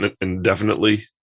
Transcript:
indefinitely